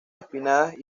empinadas